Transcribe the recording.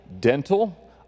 dental